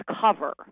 cover